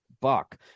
buck